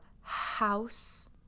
house